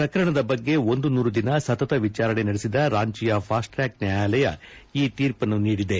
ಪ್ರಕರಣದ ಬಗ್ಗೆ ಒಂದು ನೂರು ದಿನ ಸತತ ವಿಚಾರಣೆ ನಡೆಸಿದ ರಾಂಚೆಯ ಫಾಸ್ಟ್ ಟ್ರಾಕ್ ನ್ಯಾಯಾಲಯ ಈ ತೀರ್ಪನ್ನು ನೀಡಿದೆ